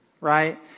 right